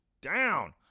down